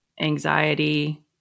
anxiety